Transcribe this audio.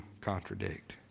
contradict